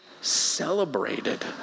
celebrated